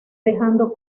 dejando